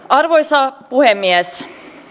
arvoisa puhemies